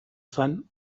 zen